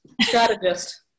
strategist